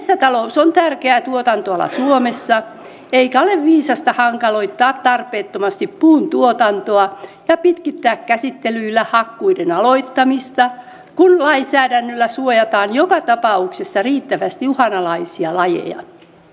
metsätalous on tärkeä tuotantoala suomessa eikä ole viisasta hankaloittaa tarpeettomasti puuntuotantoa ja pitkittää käsittelyillä hakkuiden aloittamista kun lainsäädännöllä suojataan joka tapauksessa riittävästi uhanalaisia lajeja